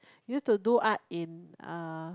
use to do art in uh